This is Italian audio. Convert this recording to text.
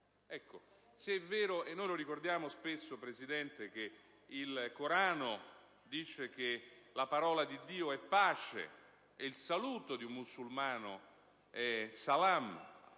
Se è vero - lo ricordiamo spesso, signora Presidente - che il Corano dice che la parola di Dio è pace e il saluto di un musulmano è *salam